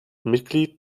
mitglied